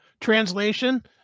translation